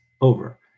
over